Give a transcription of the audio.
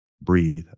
breathe